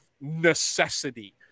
necessity